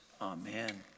amen